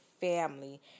family